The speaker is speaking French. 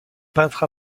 peintre